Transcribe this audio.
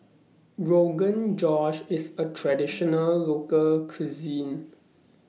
Rogan Josh IS A Traditional Local Cuisine